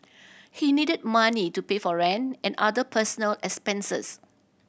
he needed money to pay for rent and other personal expenses